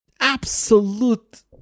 Absolute